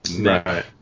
right